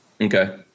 Okay